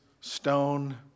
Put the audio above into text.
stone